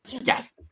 Yes